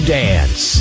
dance